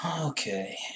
Okay